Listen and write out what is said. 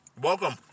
Welcome